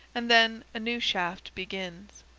and then a new shaft begins.